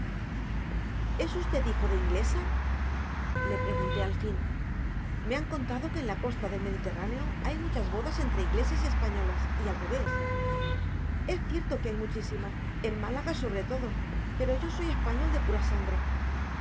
es usted hijo de inglesa le pregunté al fin me han contado que en la costa del mediterráneo hay muchas bodas entre ingleses y españolas y al revés es cierto que hay muchísimas en málaga sobre todo pero yo soy español de pura sangre